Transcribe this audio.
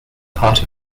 part